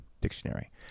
dictionary